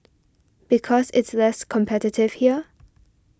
because it's less competitive here